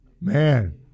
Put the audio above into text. Man